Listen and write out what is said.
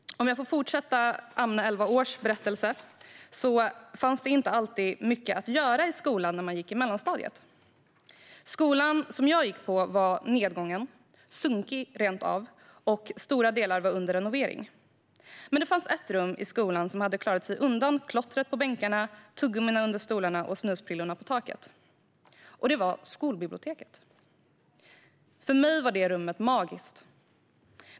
Jag ska fortsätta med berättelsen om Amne, elva år. Det fanns inte alltid så mycket att göra i skolan när man gick i mellanstadiet. Den skola som jag gick i var nedgången, rent av sunkig, och stora delar var under renovering. Men det fanns ett rum i skolan som hade klarat sig undan klotter på bänkarna, tuggummin under stolarna och snusprillor i taket, och det var skolbiblioteket. För mig var det rummet magiskt.